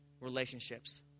relationships